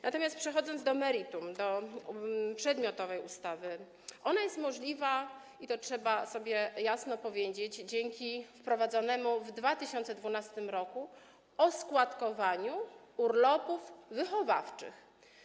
Natomiast przechodząc do meritum, do przedmiotowej ustawy, chcę powiedzieć, że jest ona możliwa - i to trzeba sobie jasno powiedzieć - dzięki wprowadzonemu w 2012 r. oskładkowaniu urlopów wychowawczych.